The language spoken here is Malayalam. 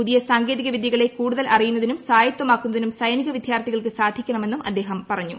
പുതിയ സാങ്കേതിക വിദ്യകളെ കൂടുതൽ അറിയുന്നതിനും സ്വായത്തമാക്കുന്നതിനും സൈനിക വിദ്യാർത്ഥികൾക്ക് സാധിക്കണമെന്നും അദ്ദേഹം പറഞ്ഞു